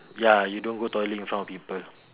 mm ya you don't go toilet in front of people